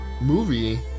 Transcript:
movie